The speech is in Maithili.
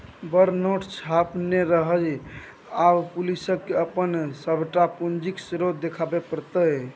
बड़ नोट छापने रहय आब पुलिसकेँ अपन सभटा पूंजीक स्रोत देखाबे पड़तै